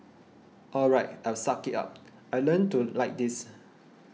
all right I'll suck it up I'll learn to like this